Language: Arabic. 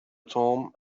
توم